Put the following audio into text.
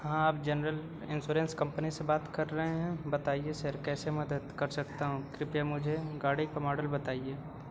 हाँ आप general insurance company से बात कर रहे हैं बताइए सर कैसे मदद कर सकता हूँ कृपया मुझे गाड़ी का मॉडल बताइए